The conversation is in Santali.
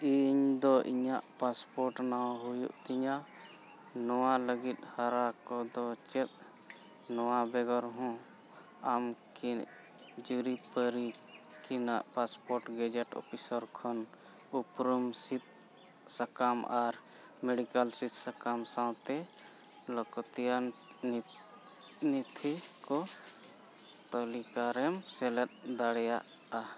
ᱤᱧᱫᱚ ᱤᱧᱟᱹᱜ ᱯᱟᱥᱯᱳᱨᱴ ᱱᱟᱣᱟ ᱦᱩᱭᱩᱜ ᱛᱤᱧᱟᱹ ᱱᱚᱣᱟ ᱞᱟᱹᱜᱤᱫ ᱦᱚᱨᱟ ᱠᱚᱫᱚ ᱪᱮᱫ ᱱᱚᱣᱟ ᱵᱮᱜᱚᱨ ᱦᱚᱸ ᱟᱢ ᱠᱤ ᱡᱩᱨᱤ ᱯᱟᱹᱨᱤ ᱠᱤᱱᱟ ᱯᱟᱥᱯᱳᱨᱴ ᱜᱮᱡᱮᱴ ᱚᱷᱤᱥᱟᱨ ᱠᱷᱚᱱ ᱩᱯᱨᱩᱢ ᱥᱤᱫ ᱥᱟᱠᱟᱢ ᱟᱨ ᱢᱮᱰᱤᱠᱮᱞ ᱥᱤᱫ ᱥᱟᱠᱟᱢ ᱥᱟᱶᱛᱮ ᱞᱟᱹᱠᱚᱛᱤᱭᱟᱱ ᱱᱚᱛᱷᱤ ᱠᱚ ᱛᱟᱹᱞᱤᱠᱟ ᱨᱮᱢ ᱥᱮᱞᱮᱫᱮ ᱫᱟᱲᱮᱭᱟᱜᱼᱟ